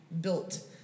built